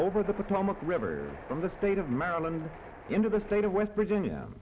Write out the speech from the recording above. over the potomac river from the state of maryland into the state of west virginia